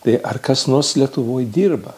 tai ar kas nors lietuvoje dirba